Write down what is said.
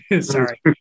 Sorry